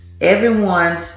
everyone's